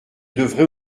devrais